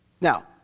Now